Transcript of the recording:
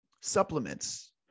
supplements